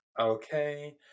Okay